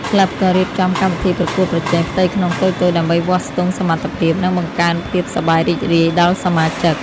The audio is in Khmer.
ក្លឹបក៏រៀបចំកម្មវិធីប្រកួតប្រជែងផ្ទៃក្នុងតូចៗ ដើម្បីវាស់ស្ទង់សមត្ថភាព និងបង្កើនភាពសប្បាយរីករាយដល់សមាជិក។